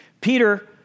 Peter